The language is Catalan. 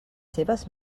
seves